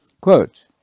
Quote